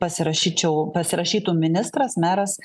pasirašyčiau pasirašytų ministras meras